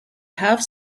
have